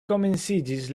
komenciĝis